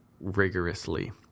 rigorously